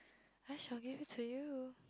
I shall give it to you